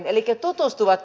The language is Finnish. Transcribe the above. ärade talman